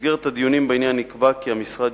במסגרת הדיונים בעניין נקבע כי המשרד